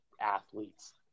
athletes